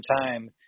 time